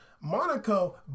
Monaco